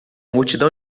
multidão